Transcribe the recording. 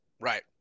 Right